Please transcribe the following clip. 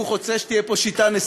שהוא רוצה שתהיה פה שיטה, הופעת אורח.